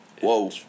Whoa